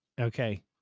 Okay